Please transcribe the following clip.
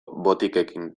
botikekin